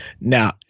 Now